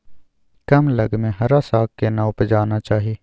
कम लग में हरा साग केना उपजाना चाही?